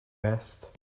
best